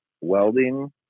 welding